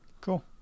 cool